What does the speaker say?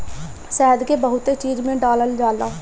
शहद के बहुते चीज में डालल जाला